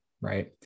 right